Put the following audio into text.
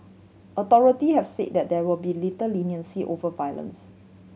authority have said that there will be little leniency over violence